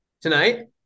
tonight